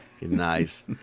Nice